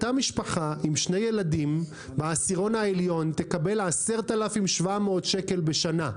אותה משפחה עם שני ילדים בעשירון העליון תקבל 10,700 שקל בשנה,